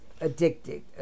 addicted